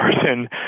person